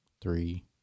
Three